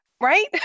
right